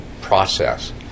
process